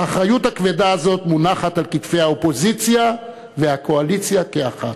האחריות הכבדה הזאת מונחת על כתפי האופוזיציה והקואליציה כאחת.